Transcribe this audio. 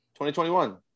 2021